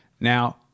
Now